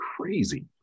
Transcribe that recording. crazy